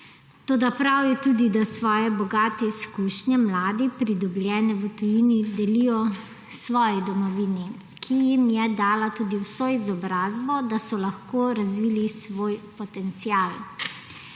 Toda prav je tudi, da svoje bogate izkušnje mladi, pridobljene v tujini, delijo svoji domovini, ki jim je dala tudi vso izobrazbo, da so lahko razvili svoj potencial.